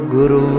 Guru